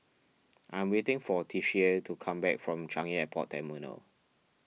I am waiting for Tishie to come back from Changi Airport Terminal